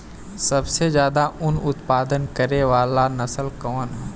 सबसे ज्यादा उन उत्पादन करे वाला नस्ल कवन ह?